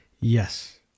yes